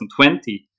2020